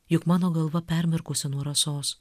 juk mano galva permirkusi nuo rasos